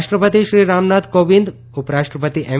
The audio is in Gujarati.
રાષ્ટ્રપતિ શ્રી રામનાથ કોવિંદ ઉપરાષ્ટ્રપતિ એમ